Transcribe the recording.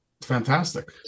Fantastic